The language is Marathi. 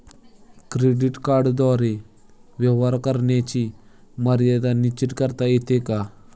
क्रेडिट कार्डद्वारे व्यवहार करण्याची मर्यादा निश्चित करता येते का?